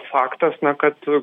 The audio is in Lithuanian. faktas na kad